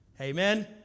Amen